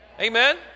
Amen